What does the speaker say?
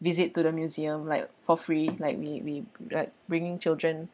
visit to the museum like for free like we we like bringing children